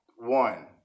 one